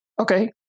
Okay